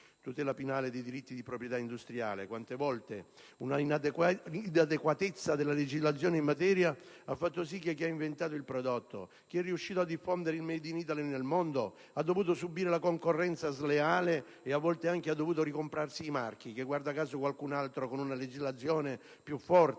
tutela finale dei diritti di proprietà industriale, vorrei ricordare quante volte un'inadeguatezza della legislazione in materia ha fatto sì che chi ha inventato il prodotto ed è riuscito a diffondere il *made in Italy* nel mondo ha dovuto subire la concorrenza sleale e a volte ricomprare i marchi che qualcun'altro con una legislazione più forte